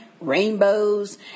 rainbows